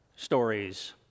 stories